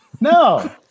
No